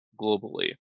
globally